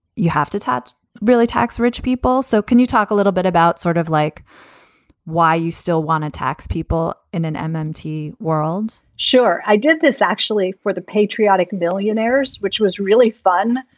you have to touch really tax rich people. so can you talk a little bit about sort of like why you still want to tax people in an empty world? sure. i did this actually for the patriotic millionaires, which was really fun.